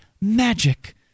magic